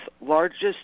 largest